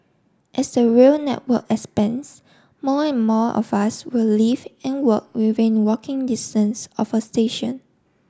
as the rail network expands more and more of us will live and work within walking distance of a station